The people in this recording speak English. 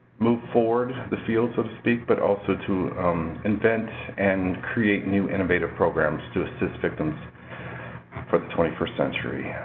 move forward the field, so to speak, but also to invent and create new innovative programs to assist victims for the twenty first century.